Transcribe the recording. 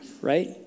Right